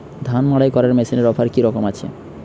ধান মাড়াই করার মেশিনের অফার কী রকম আছে?